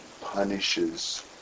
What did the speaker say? punishes